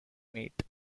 meat